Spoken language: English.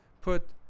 put